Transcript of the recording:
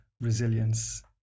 resilience